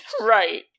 Right